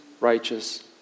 righteous